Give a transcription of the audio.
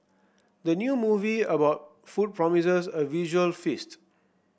the new movie about food promises a visual feast